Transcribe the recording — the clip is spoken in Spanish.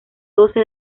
doce